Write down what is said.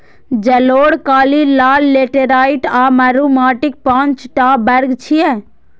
जलोढ़, कारी, लाल, लेटेराइट आ मरु माटिक पांच टा वर्ग छियै